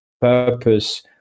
purpose